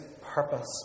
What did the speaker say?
purpose